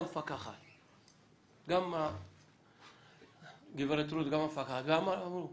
גם גברת רות וגם המפקחת אמרו,